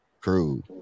Crew